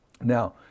Now